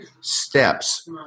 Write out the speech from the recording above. steps